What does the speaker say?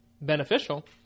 beneficial